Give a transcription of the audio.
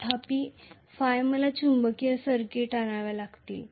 तथापि ϕ मला चुंबकीय सर्किट आणाव्या लागतील